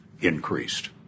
increased